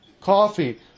Coffee